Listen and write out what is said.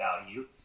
value